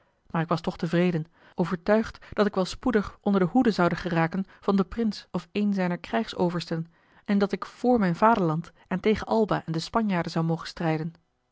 maar ik was toch tevreden overtuigd dat ik wel spoedig onder de hoede zoude geraken van den prins of een zijner krijgsoversten en dat ik voor mijn vaderland en tegen alba en de spanjaarden zou mogen strijden